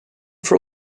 for